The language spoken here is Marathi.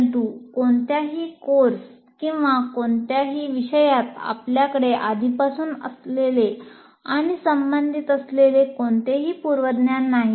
परंतु कोणत्याही कोर्स किंवा कोणत्याही विषयात आपल्याकडे आधीपासून असलेले आणि संबंधित असलेले कोणतेही पूर्वज्ञान नाही